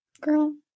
girl